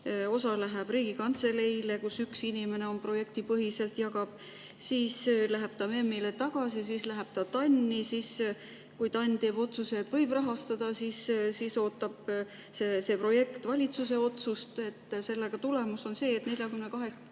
osa läheb Riigikantseleile, kus üks inimene projektipõhiselt raha jagab, siis läheb see MEM-ile tagasi ja siis läheb see TAN-i. Kui TAN teeb otsuse, et võib rahastada, siis ootab see projekt valitsuse otsust. Selle tulemus on see, et 42,8